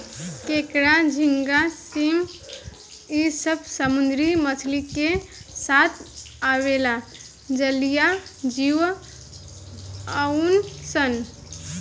केकड़ा, झींगा, श्रिम्प इ सब समुंद्री मछली के साथ आवेला जलीय जिव हउन सन